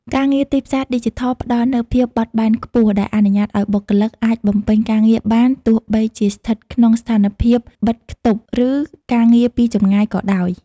ការងារទីផ្សារឌីជីថលផ្តល់នូវភាពបត់បែនខ្ពស់ ដែលអនុញ្ញាតឱ្យបុគ្គលិកអាចបំពេញការងារបានទោះបីជាស្ថិតក្នុងស្ថានភាពបិទខ្ទប់ ឬការងារពីចម្ងាយក៏ដោយ។